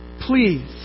Please